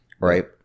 Right